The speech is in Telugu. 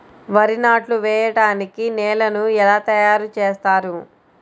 వరి నాట్లు వేయటానికి నేలను ఎలా తయారు చేస్తారు?